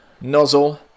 nozzle